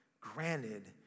granted